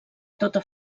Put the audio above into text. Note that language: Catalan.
tota